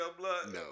No